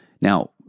Now